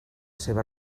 seva